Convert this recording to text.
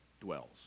dwells